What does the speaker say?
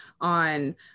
on